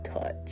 touch